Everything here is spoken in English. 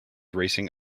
racing